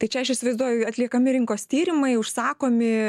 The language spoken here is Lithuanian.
tai čia aš įsivaizduoju atliekami rinkos tyrimai užsakomi